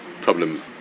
problem